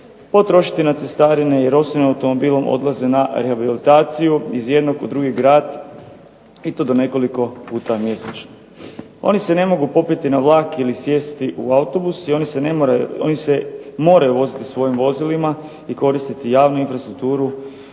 potrošiti na cestarine jer osobnim automobilom odlaze na rehabilitaciju iz jednog u drugi grad i to do nekoliko puta mjesečno. Oni se ne mogu popeti na vlak ili sjesti u autobus i oni se moraju voziti svojim vozilima i koristiti javnu infrastrukturu